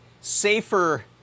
safer